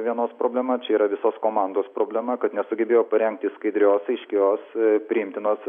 vienos problema čia yra visos komandos problema kad nesugebėjo parengti skaidrios aiškios priimtinos